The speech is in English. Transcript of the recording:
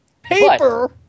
Paper